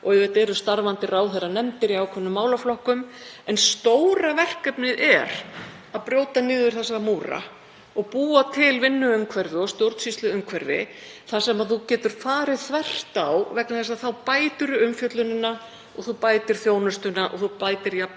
og auðvitað eru starfandi ráðherranefndir í ákveðnum málaflokkum. En stóra verkefnið er að brjóta niður þessa múra og búa til vinnuumhverfi og stjórnsýsluumhverfi þar sem þú getur farið þvert á vegna þess að þá bætir þú umfjöllunina og þú bætir þjónustuna, þú bætir jafnvel,